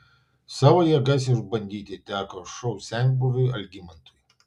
savo jėgas išbandyti teko šou senbuviui algimantui